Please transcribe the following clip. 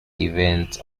events